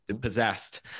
possessed